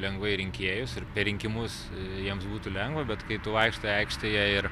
lengvai rinkėjus ir per rinkimus jiems būtų lengva bet kai tu vaikštai aikštėje ir